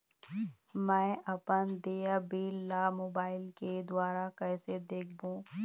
मैं अपन देय बिल ला मोबाइल के द्वारा कइसे देखबों?